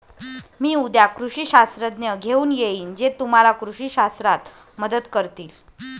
मी उद्या कृषी शास्त्रज्ञ घेऊन येईन जे तुम्हाला कृषी शास्त्रात मदत करतील